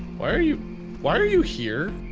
why are you why are you here?